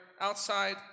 outside